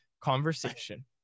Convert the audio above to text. Conversation